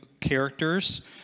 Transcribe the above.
characters